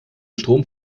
strom